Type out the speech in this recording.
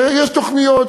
שיש תוכניות,